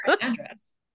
address